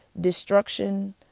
destruction